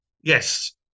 Yes